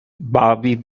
bobby